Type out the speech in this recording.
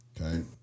okay